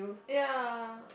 ya